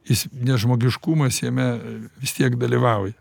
jis nes žmogiškumas jame vis tiek dalyvauja